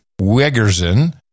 Wegerson